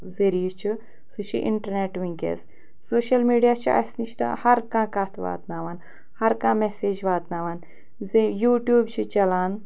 ذریعہ چھُ سُہ چھُ اِنٹَرنٮ۪ٹ وٕنۍکٮ۪س سوشَل میڈیا چھُ اَسہِ نِش تہٕ ہَر کانٛہہ کَتھ واتناوان ہَر کانٛہہ مٮ۪سیج واتناوان زِ یوٗٹیوٗب چھِ چَلان